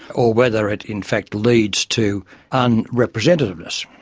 or whether it in fact leads to unrepresentativeness,